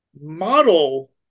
model